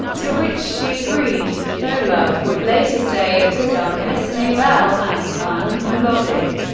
to which she agreed. though love would later say it was unlistenable and un melodic,